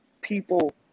people